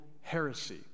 heresy